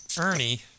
Ernie